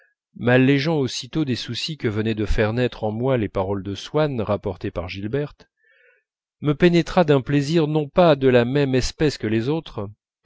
m'allégeant aussitôt des soucis que venaient de faire naître en moi les paroles de swann rapportées par gilberte me pénétra d'un plaisir non pas de la même espèce que les autres